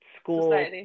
school